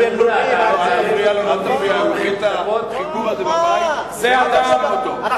אנחנו במערכת בחירות, אתה